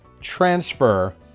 transfer